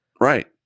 right